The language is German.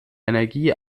energie